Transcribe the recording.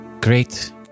great